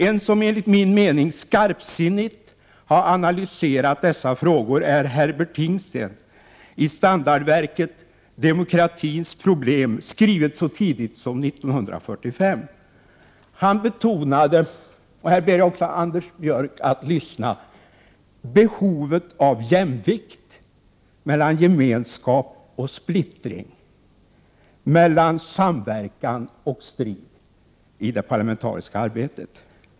En som enligt min mening skarpsinnigt har analyserat dessa frågor är Herbert Tingsten i standardverket Demokratiens problem, skrivet så tidigt som 1945. Han betonade — här ber jag också Anders Björck att lyssna — behovet av jämvikt mellan gemenskap och splittring, mellan samverkan och strid i det parlamentariska arbetet.